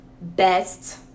best